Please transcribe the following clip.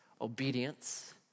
obedience